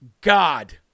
God